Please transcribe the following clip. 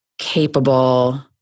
capable